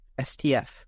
STF